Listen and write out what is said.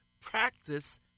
practice